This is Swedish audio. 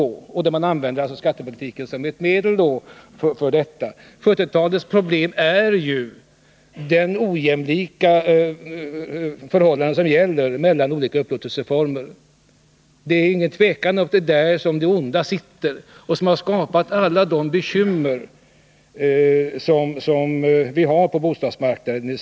Skattepolitiken används alltså som ett medel härvidlag. 1970-talets problem är ju ojämlikheten när det gäller olika upplåtelseformer. Det råder inget tvivel om att det är där som det onda ligger. Detta är orsaken till många bekymmer på den svenska bostadsmarknaden.